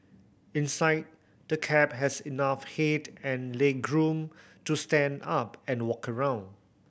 inside the cab has enough head and legroom to stand up and walk around